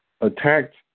attacked